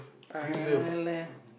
[eleh]